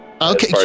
Okay